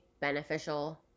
beneficial